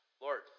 Lord